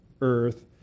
earth